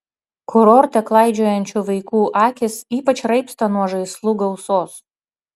kurorte klaidžiojančių vaikų akys ypač raibsta nuo žaislų gausos